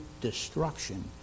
destruction